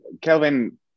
kelvin